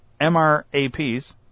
MRAPs